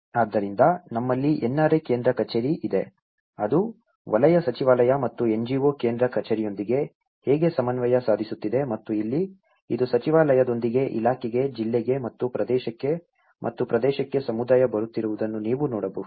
ಆದ್ದರಿಂದ ನಮ್ಮಲ್ಲಿ NRA ಕೇಂದ್ರ ಕಚೇರಿ ಇದೆ ಅದು ವಲಯ ಸಚಿವಾಲಯ ಮತ್ತು NGO ಕೇಂದ್ರ ಕಚೇರಿಯೊಂದಿಗೆ ಹೇಗೆ ಸಮನ್ವಯ ಸಾಧಿಸುತ್ತಿದೆ ಮತ್ತು ಇಲ್ಲಿ ಇದು ಸಚಿವಾಲಯದೊಂದಿಗೆ ಇಲಾಖೆಗೆ ಜಿಲ್ಲೆಗೆ ಮತ್ತು ಪ್ರದೇಶಕ್ಕೆ ಮತ್ತು ಪ್ರದೇಶಕ್ಕೆ ಸಮುದಾಯ ಬರುತ್ತಿರುವುದನ್ನು ನೀವು ನೋಡಬಹುದು